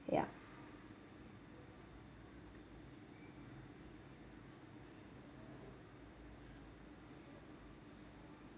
yep